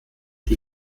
die